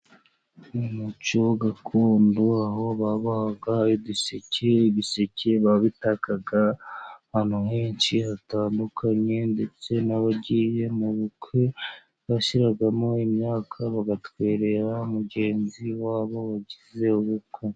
Umuco gakondo aho babohaga uduseke. Ibiseke babitakaga ahantu henshi hatandukanye, ndetse n'abagiye mu bukwe bashyiragamo imyaka bagatwerera mugenzi wabo wagize ubukwe.